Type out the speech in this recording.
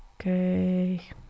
Okay